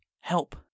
Help